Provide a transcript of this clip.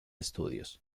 estudios